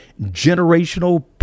generational